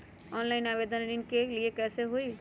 Online आवेदन ऋन के लिए कैसे हुई?